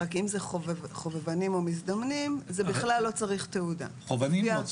אם זה חובבנים או מזדמנים זה בכלל לא צריך תעודה חובבנים לא צריך.